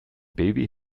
baby